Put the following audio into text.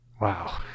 Wow